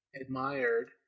admired